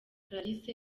clarisse